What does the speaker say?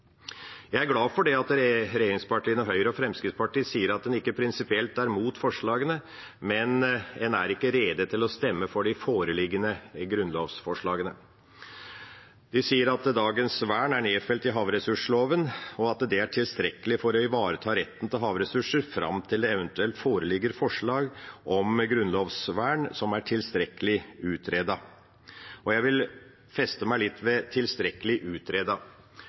mot forslagene, men en er ikke rede til å stemme for de foreliggende grunnlovsforslagene. De sier at dagens vern er nedfelt i havressursloven, og at det er tilstrekkelig for å ivareta retten til havressursene fram til det eventuelt foreligger et forslag om grunnlovsvern som er tilstrekkelig utredet. Jeg vil feste meg litt ved